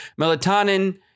Melatonin